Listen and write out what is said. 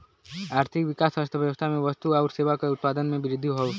आर्थिक विकास अर्थव्यवस्था में वस्तु आउर सेवा के उत्पादन में वृद्धि से हौ